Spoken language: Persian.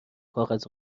کاغذ